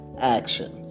action